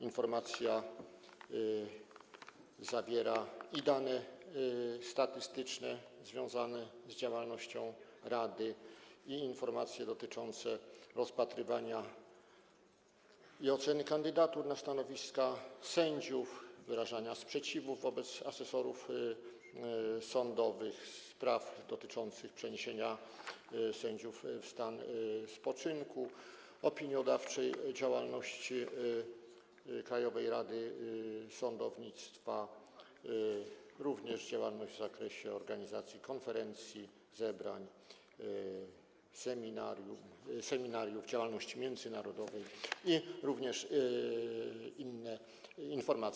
Informacja zawiera i dane statystyczne związane z działalnością rady, i informacje dotyczące rozpatrywania i oceny kandydatur na stanowiska sędziów, wyrażania sprzeciwów wobec asesorów sądowych, spraw dotyczących przeniesienia sędziów w stan spoczynku, opiniodawczej działalności Krajowej Rady Sądownictwa, również działalności w zakresie organizacji konferencji, zebrań, seminariów, działalności międzynarodowej, jak również inne informacje.